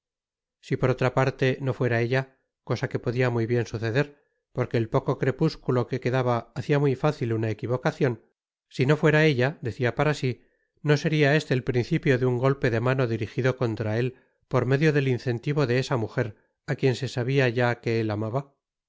si por otra parte no fuera ella cosa que podia muy bien suceder porque el pococrepúsculo que quedaba hacia muy fácil una equivocacion si no fuera ella decía para sí no seria este el principio de un golpe de mano dirigido contra él por el medio del incentivo de esa mujer á quien se sabia ya que él amaba